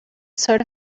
sort